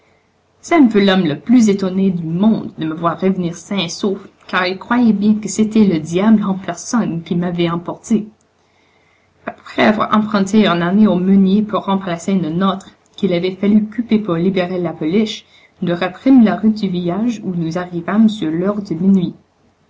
sem fut l'homme le plus étonné du monde de me voir revenir sain et sauf car il croyait bien que c'était le diable en personne qui m'avait emporté après avoir emprunté un harnais au meunier pour remplacer le nôtre qu'il avait fallu couper pour libérer la pouliche nous reprîmes la route du village où nous arrivâmes sur l'heure